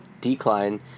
decline